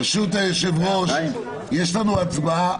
ברשות היושב-ראש, יש לנו הצבעה.